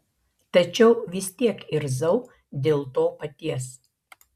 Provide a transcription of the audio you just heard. tačiau vis tiek irzau dėl to paties